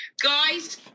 Guys